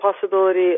possibility